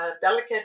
delicate